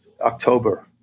October